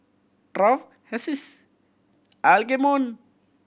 Taft Hessie